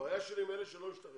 הבעיה של היא עם אלה שלא השתחררו.